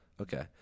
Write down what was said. Okay